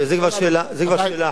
זו כבר שאלה אחרת.